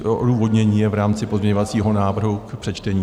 Odůvodnění je v rámci pozměňovacího návrhu k přečtení.